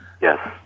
Yes